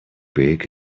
big